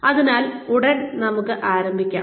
അതിനാൽ നമുക്ക് ഉടൻ ആരംഭിക്കാം